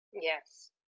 Yes